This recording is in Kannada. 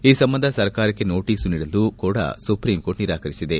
ಈ ಸಂಬಂಧ ಸರ್ಕಾರಕ್ಕೆ ನೋಟಸು ನೀಡಲು ಕೂಡ ಸುಪ್ರೀಂ ಕೋರ್ಟ್ ನಿರಾಕರಿಸಿದೆ